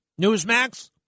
Newsmax